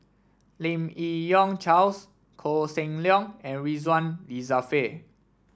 Lim Yi Yong Charles Koh Seng Leong and Ridzwan Dzafir